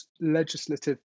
legislative